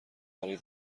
برای